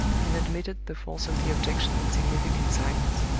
and admitted the force of the objection in significant silence.